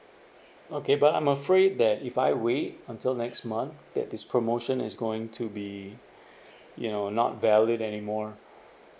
okay but I'm afraid that if I wait until next month that this promotion is going to be you know not valid anymore